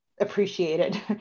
appreciated